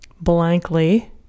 blankly